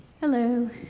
Hello